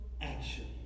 action